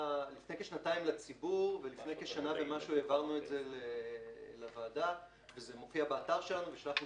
כשנתיים לציבור ולפני כשנה העברנו לוועדה וזה מופיע באתר שלנו ושלחנו